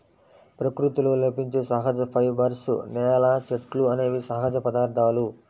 ప్రకృతిలో లభించే సహజ ఫైబర్స్, నేల, చెట్లు అనేవి సహజ పదార్థాలు